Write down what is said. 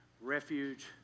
refuge